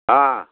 ಹಾಂ